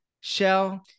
Shell